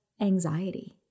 anxiety